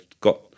got